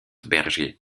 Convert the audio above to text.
berger